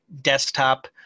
desktop